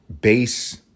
base